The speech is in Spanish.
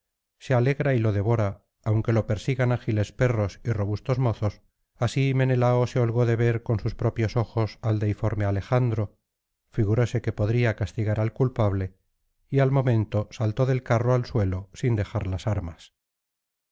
se alegra y lo devora aunque lo persigan ágiles perros y robustos mozos así menelao se holgó de ver con sus propios ojos al deiforme alejandro figuróse que podría castigar al culpable y al momento saltó del carro al suelo sin dejar las armas